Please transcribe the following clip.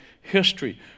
history